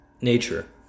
nature